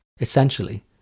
Essentially